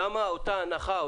למה אותה הנחה,